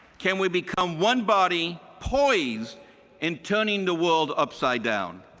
can we become one body poised in turning the world upside down.